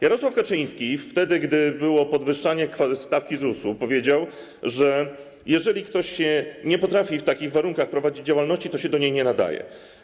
Jarosław Kaczyński wtedy, gdy było podwyższanie stawki ZUS-u, powiedział, że jeżeli ktoś nie potrafi w takich warunkach prowadzić działalności, to się do niej nie nadaje.